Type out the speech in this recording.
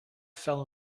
fell